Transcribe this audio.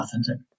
authentic